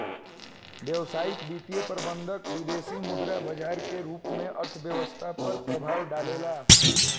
व्यावसायिक वित्तीय प्रबंधन विदेसी मुद्रा बाजार के रूप में अर्थव्यस्था पर प्रभाव डालेला